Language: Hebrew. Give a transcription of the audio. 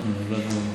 אנחנו נולדנו,